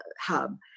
hub